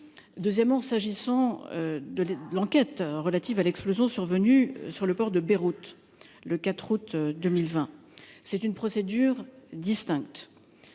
la commenter. Quant à l'enquête relative à l'explosion survenue sur le port de Beyrouth le 4 août 2020, c'est une procédure distincte.